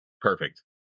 Perfect